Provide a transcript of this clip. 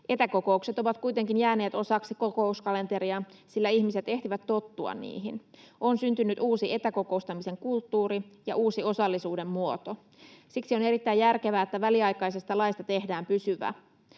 Etäkokoukset ovat kuitenkin jääneet osaksi kokouskalenteria, sillä ihmiset ehtivät tottua niihin. On syntynyt uusi etäkokoustamisen kulttuuri ja uusi osallisuuden muoto. Siksi on erittäin järkevää, että väliaikaisesta laista tehdään pysyvä.